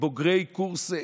בוגרי קורס,